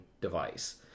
device